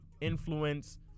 influence